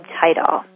title